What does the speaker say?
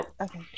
Okay